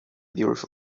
beautiful